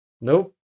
Nope